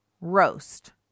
roast